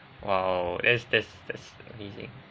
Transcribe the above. !wow! that's that's that's amazing